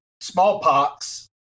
smallpox